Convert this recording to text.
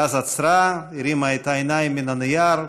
אז עצרה, הרימה את העיניים מהנייר,